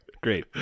Great